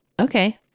Okay